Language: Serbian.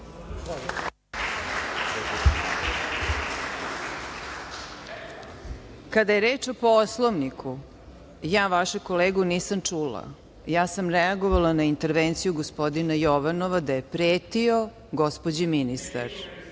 je reč o Poslovniku, ja vašeg kolegu nisam čula. Ja sam reagovala na intervenciju gospodina Jovanova, da je pretio gospođi ministar.